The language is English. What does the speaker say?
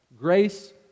Grace